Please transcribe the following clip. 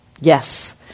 yes